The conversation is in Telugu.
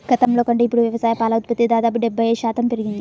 గతంలో కంటే ఇప్పుడు వ్యవసాయ పాల ఉత్పత్తి దాదాపు డెబ్బై ఐదు శాతం పెరిగింది